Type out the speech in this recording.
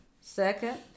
Second